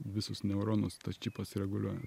visus neuronus tas čipas reguliuoja